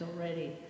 already